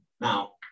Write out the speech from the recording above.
Now